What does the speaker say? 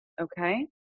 Okay